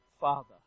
Father